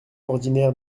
ordinaire